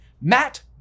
Matt